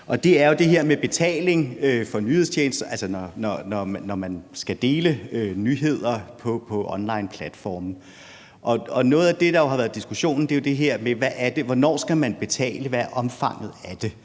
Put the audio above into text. her med betaling for nyhedstjenester, altså når man skal dele nyheder på onlineplatforme. Noget af det, der jo har været diskussionen, er det her med, hvornår man skal betale, og hvad omfanget af det